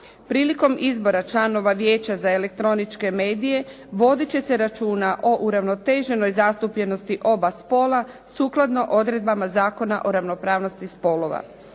"Prilikom izbora članova Vijeća za elektroničke medije vodit će se računa o uravnoteženoj zastupljenosti oba spola sukladno odredbama Zakona o ravnopravnosti spolova."